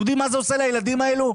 אתם יודעים מה זה עושה לילדים האלו?